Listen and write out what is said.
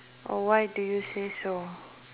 oh why do you say so